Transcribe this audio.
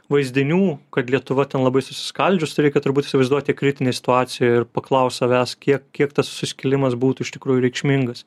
vaizdinių kad lietuva ten labai susiskaldžius tai reikia turbūt įsivaizduot ją kritinėj situacijoj ir paklaust savęs kiek kiek tas suskilimas būtų iš tikrųjų reikšmingas